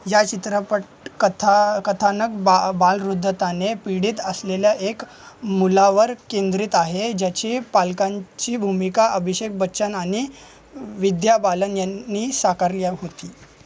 या चित्रपटकथा कथानक बा बा बालरुद्धताने पीडित असलेल्या एक मुलावर केंद्रित आहे ज्याची पालकांची भूमिका अभिषेक बच्चन आणि विद्या बालन यांनी साकारल्या होती